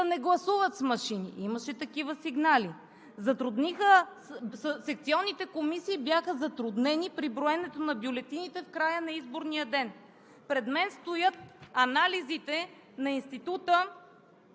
не гласуват с машини – имаше такива сигнали. Секционните комисии бяха затруднени при броенето на бюлетините в края на изборния ден. Пред мен стоят анализите на Института